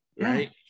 Right